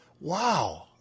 Wow